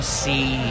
see